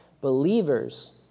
Believers